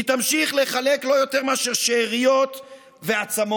היא תמשיך לחלק לא יותר מאשר שאריות ועצמות.